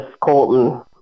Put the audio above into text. Colton